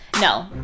No